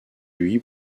lui